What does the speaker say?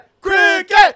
Cricket